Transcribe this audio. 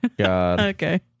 Okay